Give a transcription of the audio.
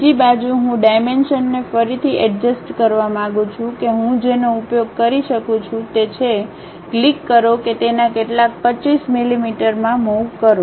બીજી બાજુ હું ડાઇમેંશનને ફરીથી અડજ્સ્ટ કરવા માંગું છું કે હું જેનો ઉપયોગ કરી શકું તે છે ક્લિક કરો કે તેને કેટલાક 25 મિલીમીટરમાં મુવ કરો